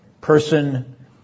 person